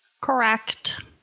Correct